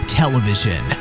television